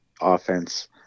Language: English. offense